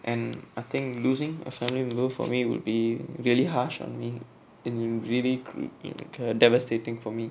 and I think losing a family member for me would be really harsh on me in really devastating for me